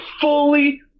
fully